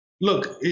look